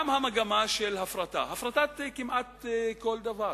גם המגמה של הפרטה, הפרטת כמעט כל דבר.